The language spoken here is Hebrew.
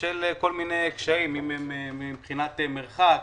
בשל כל מיני קשיים אם מבחינת מרחק,